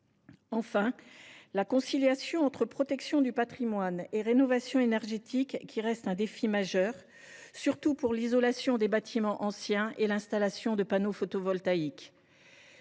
Enfin, concilier protection du patrimoine et rénovation énergétique du bâti reste un défi majeur, surtout pour l’isolation des bâtiments anciens et l’installation de panneaux photovoltaïques.